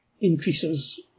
increases